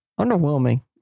underwhelming